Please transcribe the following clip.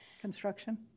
construction